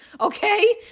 Okay